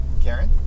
Karen